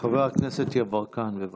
חבר הכנסת יברקן, בבקשה.